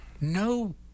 No